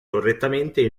correttamente